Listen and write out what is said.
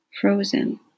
frozen